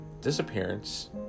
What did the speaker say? Disappearance